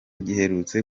giherutse